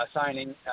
signing